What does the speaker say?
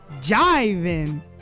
Jiving